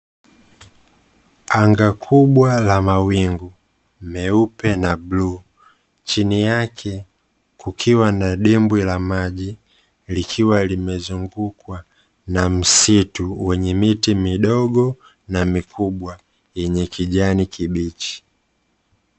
Anga kubwa la mawingu, meupe na buluu chini yake kukiwa na dimbwi la maji, likiwa limezungukwa na msitu wenye miti midogo na mikubwa yenye kijani kibichi.